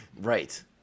Right